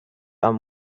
are